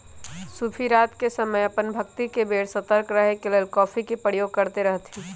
सूफी रात के समय अप्पन भक्ति के बेर सतर्क रहे के लेल कॉफ़ी के प्रयोग करैत रहथिन्ह